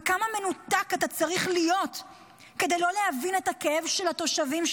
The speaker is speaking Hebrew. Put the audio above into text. וכמה מנותק אתה צריך להיות כדי לא להבין את הכאב של התושבים,